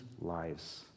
lives